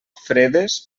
fredes